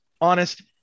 honest